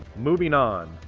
moving on,